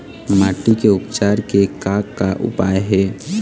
माटी के उपचार के का का उपाय हे?